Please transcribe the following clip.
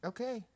Okay